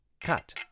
cut